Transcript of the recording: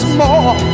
more